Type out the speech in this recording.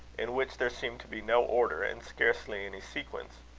in which there seemed to be no order, and scarcely any sequence.